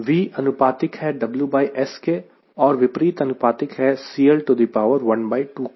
V अनुपातिक है WS के और विपरीत अनुपातिक है CL12 के